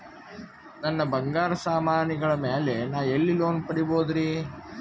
ನನ್ನ ಬಂಗಾರ ಸಾಮಾನಿಗಳ ಮ್ಯಾಲೆ ನಾ ಎಲ್ಲಿ ಲೋನ್ ಪಡಿಬೋದರಿ?